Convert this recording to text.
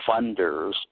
funders